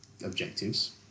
objectives